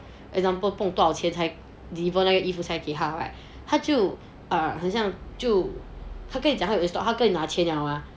example 不懂多少钱他才 deliver 那些衣服给他 right 他就 err 很像就他跟你讲 in stock 他跟你那钱了吗